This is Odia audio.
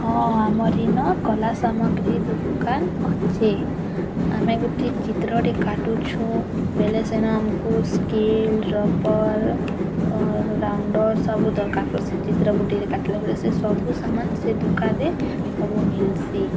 ହଁ ଆମରି ନା କଲା ସାମଗ୍ରୀ ଦୋକାନ ଅଛି ଆମେ ଗୋଟେ ଚିତ୍ରଟେ କାଟୁଛୁ ବେଲେ ସିନା ଆମକୁ ସ୍କେଲ୍ ରବର୍ ରାଉଣ୍ଡର୍ ସବୁ ଦରକାର ପଡ଼ୁସି ଚିତ୍ର କୂଟୀରେ କାଟିଲା ବେଳେ ସେସବୁ ସାମାନ୍ ସେ ଦୋକାନ୍ରେ ସବୁ ମିଲ୍ସି